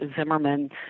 Zimmerman